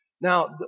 Now